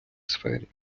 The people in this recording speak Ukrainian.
сфері